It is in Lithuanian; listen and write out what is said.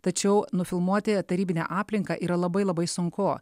tačiau nufilmuoti tarybinę aplinką yra labai labai sunku